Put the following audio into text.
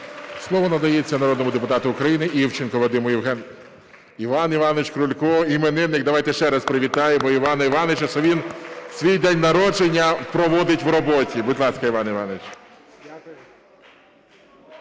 Слово надається народному депутату України Івченку Вадиму Євгеновичу. Іван Іванович Крулько, іменник, давайте ще раз привітаємо Івана Івановича, що він у свій день народження проводить в роботі. Будь ласка, Іван Іванович.